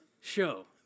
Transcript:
show